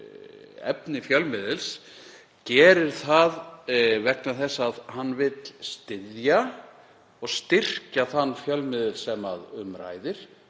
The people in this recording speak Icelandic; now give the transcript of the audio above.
efni fjölmiðils gerir það oftast nær vegna þess að hann vill styðja og styrkja þann fjölmiðil sem um ræðir.